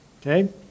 Okay